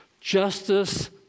Justice